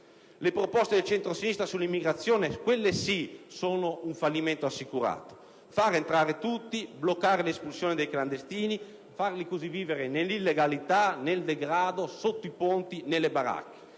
Le proposte del centrosinistra sull'immigrazione sono un fallimento assicurato: fanno entrare tutti, bloccano l'espulsione dei clandestini facendoli così vivere nell'illegalità, nel degrado, sotto i ponti e nelle baracche.